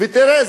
ותראה,